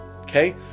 Okay